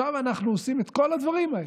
עכשיו אנחנו עושים את כל הדברים האלה,